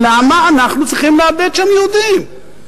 למה אנחנו צריכים לאבד שם יהודים?